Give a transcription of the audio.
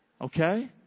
Okay